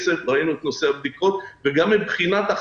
גם מבחינת קצב,